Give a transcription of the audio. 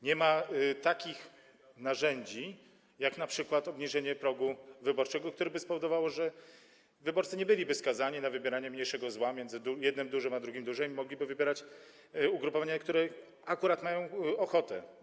Nie ma takich narzędzi jak np. obniżenie progu wyborczego, które by spowodowało, że wyborcy nie byliby skazani na wybieranie mniejszego zła między jednym dużym a drugim dużym i mogliby wybierać ugrupowania, na które akurat mają ochotę.